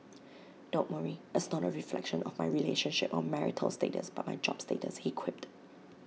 don't worry it's not A reflection of my relationship or marital status but my job status he quipped